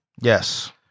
Yes